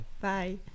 Bye